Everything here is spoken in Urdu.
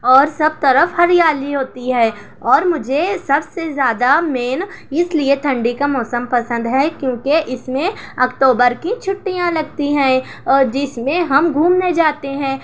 اور سب طرف ہریالی ہوتی ہے اور مجھے سب سے زیادہ مین اس لیے ٹھنڈی کا موسم پسند ہے کیوں کہ اس میں اکتوبر کی چھٹیاں لگتی ہیں اور جس میں ہم گھومنے جاتے ہیں